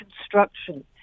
construction